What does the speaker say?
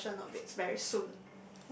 a version of it it's very soon